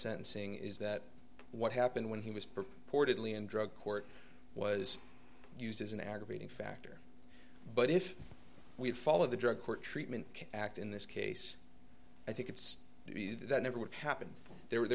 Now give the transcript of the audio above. sentencing is that what happened when he was purportedly in drug court was used as an aggravating factor but if we had followed the drug court treatment act in this case i think it's that never would happen there w